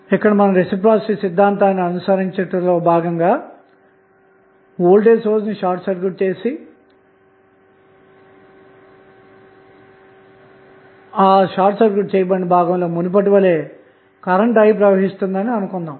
ఇక్కడ మనం రెసిప్రొసీటీ సిద్ధాంతాన్ని అనుసరించుట లో భాగంగా వోల్టేజ్ సోర్స్ ని షార్ట్ సర్క్యూట్ చేసి ఆ సర్క్యూట్ చేయబడిన భాగంలో మునుపటి వలె కరెంటు I ప్రవహిస్తుందని అనుకొందాము